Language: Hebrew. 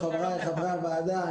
חבריי חברי הוועדה,